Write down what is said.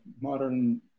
modern